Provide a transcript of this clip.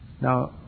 Now